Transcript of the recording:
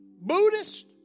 Buddhist